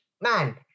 man